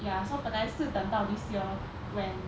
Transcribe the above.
ya so 本来是等到 this year when